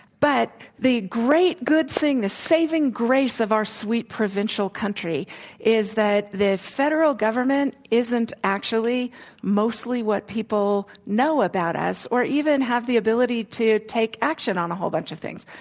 but the great good thing, the saving grace of our sweet provincial country is that the federal government isn't actually mostly what people know about us or even have the ability to take action on a whole bunch of things.